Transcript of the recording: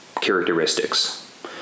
characteristics